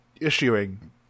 issuing